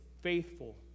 faithful